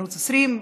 ערוץ 20,